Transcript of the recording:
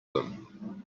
them